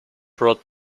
brought